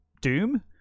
Doom